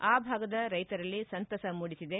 ಆ ಭಾಗದ ರೈತರಲ್ಲಿ ಸಂತಸ ಮೂಡಿಸಿದೆ